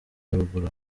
haruguru